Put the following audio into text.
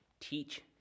teach